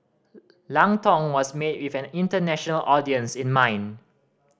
lang Tong was made with an international audience in mind